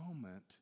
moment